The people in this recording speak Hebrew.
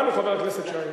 בבקשה.